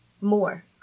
more